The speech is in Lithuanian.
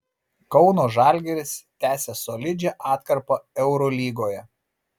kauno žalgiris tęsia solidžią atkarpą eurolygoje